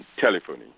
Telephony